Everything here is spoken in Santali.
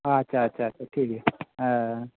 ᱟᱪᱷᱟ ᱟᱪᱷᱟ ᱟᱪᱷᱟ ᱴᱷᱤᱠ ᱜᱮᱭᱟ